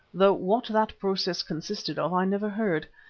though what that process consisted of i never heard.